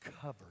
covered